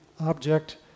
object